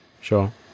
Sure